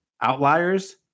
Outliers